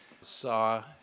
saw